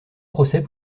procès